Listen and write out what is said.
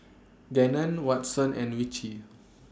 Gannon Watson and Richie